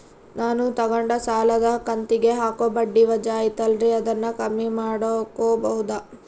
ನಾನು ತಗೊಂಡ ಸಾಲದ ಕಂತಿಗೆ ಹಾಕೋ ಬಡ್ಡಿ ವಜಾ ಐತಲ್ರಿ ಅದನ್ನ ಕಮ್ಮಿ ಮಾಡಕೋಬಹುದಾ?